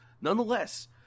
Nonetheless